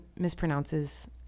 mispronounces